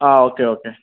ആ okay okay